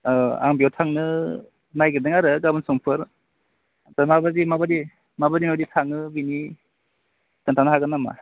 औ आं बेयाव थांनो नागिरदों आरो गाबोन समफोर ओमफ्राय माबायदि माबायदि थाङो बैयाव खिन्थानो हागोन नामा